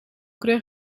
kreeg